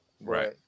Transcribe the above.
Right